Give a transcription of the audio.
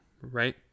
right